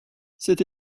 cette